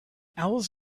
owls